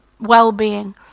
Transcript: well-being